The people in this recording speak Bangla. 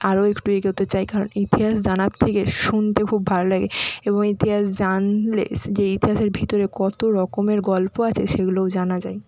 আরও একটু এগোতে চাই কারণ ইতিহাস জানার থেকে শুনতে খুব ভালো লাগে এবং ইতিহাস জানলে যে ইতিহাসের ভেতরে কত রকমের গল্প আছে সেগুলোও জানা যায়